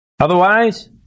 Otherwise